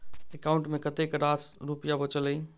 account मे कतेक रास रुपया बचल एई